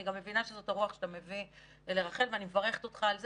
אני גם מבינה שזאת הרוח שאתה מביא לרח"ל ואני מברכת אותך על זה.